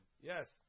Yes